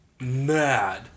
mad